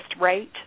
rate